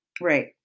Right